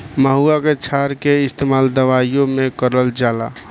महुवा के क्षार के इस्तेमाल दवाईओ मे करल जाला